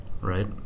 right